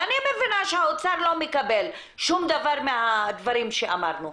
ואני מבינה שהאוצר לא מקבל שום דבר מהדברים שאמרנו.